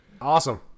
awesome